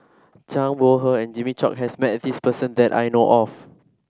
Zhang Bohe and Jimmy Chok has met this person that I know of